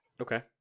Okay